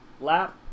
Lap